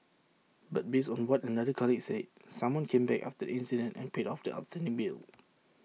but based on what another colleague said someone came back after the incident and paid off the outstanding bill